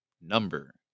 number